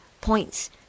points